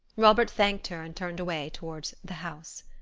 robert thanked her and turned away toward the house.